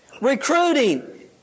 Recruiting